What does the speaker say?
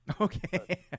Okay